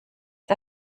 der